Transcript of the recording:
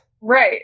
Right